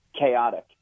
Chaotic